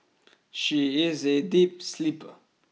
she is a deep sleeper